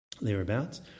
thereabouts